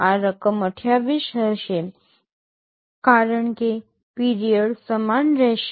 આ રકમ 28 હશે કારણ કે પીરિયડ સમાન રહેશે